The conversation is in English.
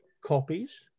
copies